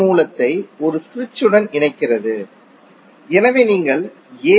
மூலத்தை ஒரு சுவிட்சுடன் இணைக்கிறது எனவே நீங்கள் ஏ